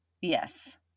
yes